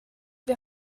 wir